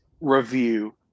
review